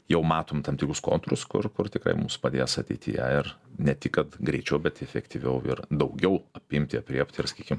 jau matom tam tikrus kontūrus kur kur tikrai mums padės ateityje ir ne tik kad greičiau bet efektyviau ir daugiau apimti aprėpti ir sakykim